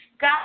God